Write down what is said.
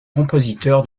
compositeur